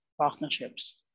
partnerships